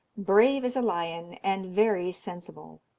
brave as a lion, and very sensible.